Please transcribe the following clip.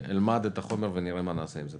אלמד את החומר ונראה מה נעשה עם זה.